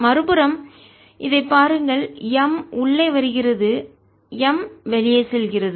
மறுபுறம் இதைப் பாருங்கள் M உள்ளே வருகிறது M வெளியே செல்கிறது